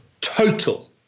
total